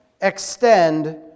extend